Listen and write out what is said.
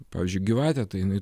pavyzdžiui gyvatė tai jinai